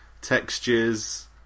textures